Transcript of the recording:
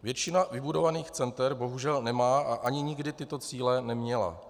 Většina vybudovaných center bohužel nemá a ani nikdy tyto cíle neměla.